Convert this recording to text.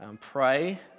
pray